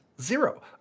zero